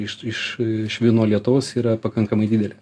iš iš švino lietaus yra pakankamai didelė